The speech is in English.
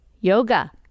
Yoga